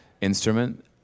instrument